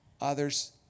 Others